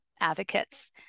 advocates